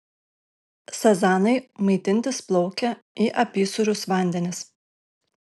sazanai maitintis plaukia į apysūrius vandenis